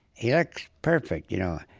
he looks perfect, you know?